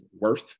worth